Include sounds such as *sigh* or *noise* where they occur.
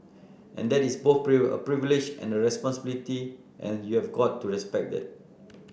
and that is both a *unintelligible* privilege and a responsibility and you've got to respect that